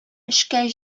эшкә